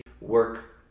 work